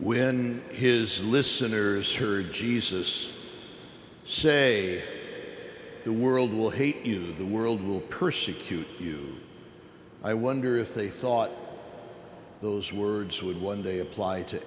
when his listeners heard jesus say the world will hate you the world will persecute you i wonder if they thought those words would one day appl